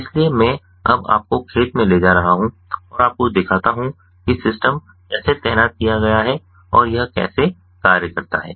इसलिए मैं अब आपको खेत में ले जा रहा हूं और आपको दिखाता हूं कि सिस्टम कैसे तैनात किया गया है और यह कैसे कार्य करता है